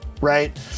Right